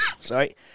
Sorry